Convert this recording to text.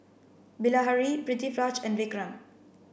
Bilahari Pritiviraj and Vikram